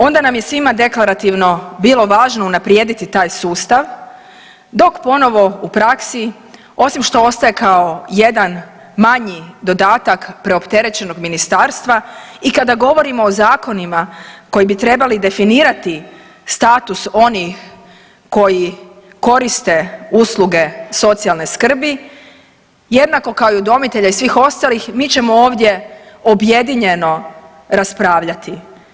Onda nam je svima deklarativno bilo važno unaprijediti taj sustav dok ponovo u praksi, osim što ostaje kao jedan manji dodatak preopterećenog ministarstva i kada govorimo o zakonima koji bi trebali definirati status onih koji koriste usluge socijalne skrbi, jednako kao i udomitelja i svih ostalih, mi ćemo ovdje objedinjeno raspravljati.